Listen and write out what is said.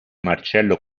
marcello